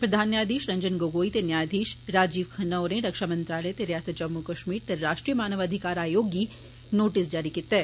प्रधान न्यायधीष रंजन गोगोई ते न्यायधीष संजीव खन्ना होरें रक्षा मंत्रालय ते रियासत जम्मू कष्मीर ते राश्ट्रीय मानव अधिकार आयोग गी नोटिस जारी कीत्ता ऐ